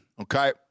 Okay